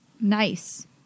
Nice